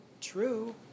true